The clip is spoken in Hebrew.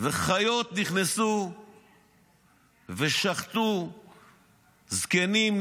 וחיות נכנסו ושחטו זקנים,